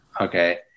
Okay